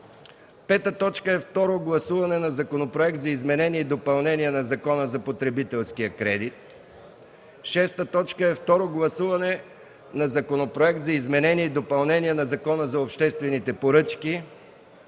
от вчера. 5. Второ гласуване на Законопроект за изменение и допълнение на Закона за потребителския кредит. 6. Второ гласуване на Законопроект за изменение и допълнение на Закона за обществените поръчки.